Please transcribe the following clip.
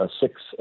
six